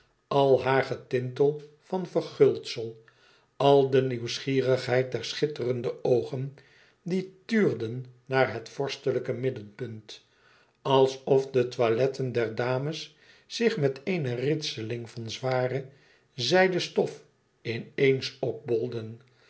al haar getintel van verguldsel al de nieuwsgierigheid der schitterende oogen die tuurden naar het vorstelijke middenpunt alsof de toiletten der dames zich met ééne ritseling van zware zijden stof ineens